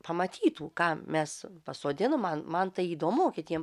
pamatytų ką mes pasodinom man man tai įdomu kitiem